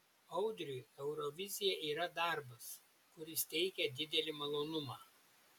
audriui eurovizija yra darbas kuris teikia didelį malonumą